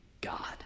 God